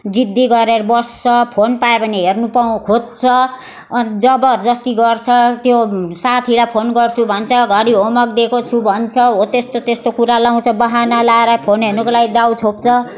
जिद्दी गरेर बस्छ फोन पायो भने हेर्नु पाउनु खोज्छ अनि जबरजस्ती गर्छ त्यो साथीलाई फोन गर्छु भन्छ घरी होम वर्क दिएको छु भन्छ हो त्यस्तो त्यस्तो कुरा लगाउँछ बहाना लगाएर फोन हेर्नुको लागि दाउ छोप्छ